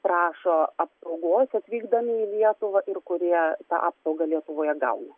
prašo apsaugos atvykdami į lietuvą ir kurie apsaugą lietuvoje gauna